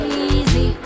easy